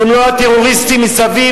אם לא הטרוריסטים מסביב,